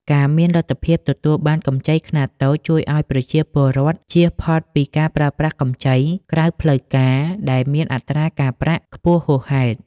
ការមានលទ្ធភាពទទួលបានកម្ចីខ្នាតតូចជួយឱ្យប្រជាពលរដ្ឋចៀសផុតពីការប្រើប្រាស់កម្ចីក្រៅផ្លូវការដែលមានអត្រាការប្រាក់ខ្ពស់ហួសហេតុ។